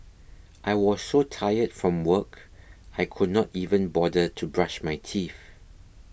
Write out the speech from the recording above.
I was so tired from work I could not even bother to brush my teeth